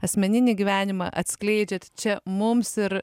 asmeninį gyvenimą atskleidžiat čia mums ir